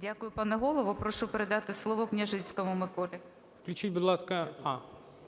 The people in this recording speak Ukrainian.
Дякую, пане голово. Прошу передати слово Княжицькому Миколі.